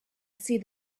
see